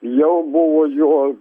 jau buvo jo